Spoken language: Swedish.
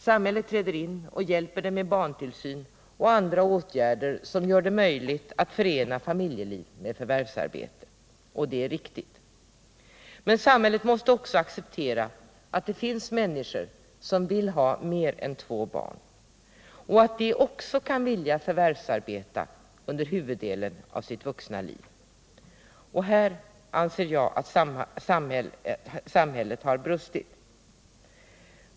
Samhället träder in och hjälper dem med barntillsyn och andra åtgärder som gör det möjligt att förena familjeliv med förvärvsarbete, och det är riktigt. Men samhället måste också acceptera att det finns människor som vill ha mer än två barn och att de också kan vilja förvärvsarbeta under huvuddelen av sitt vuxna liv. Här anser jag att samhället har brustit.